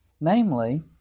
namely